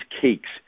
cakes